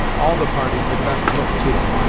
all the parties had best look to it!